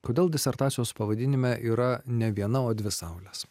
kodėl disertacijos pavadinime yra ne viena o dvi saulės